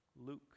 Luke